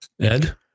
Ed